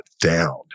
down